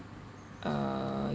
uh